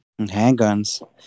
Handguns